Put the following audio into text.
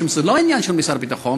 משום שזה לא עניין של משרד הביטחון,